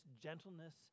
gentleness